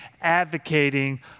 advocating